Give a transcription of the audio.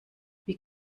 wie